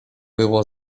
było